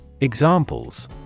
Examples